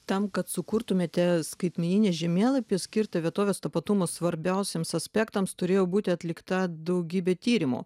tam kad sukurtumėte skaitmeninį žemėlapį skirtą vietovės tapatumo svarbiausiems aspektams turėjo būti atlikta daugybė tyrimų